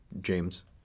James